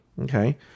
Okay